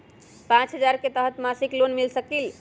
पाँच हजार के तहत मासिक लोन मिल सकील?